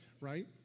right